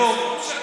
היום,